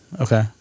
okay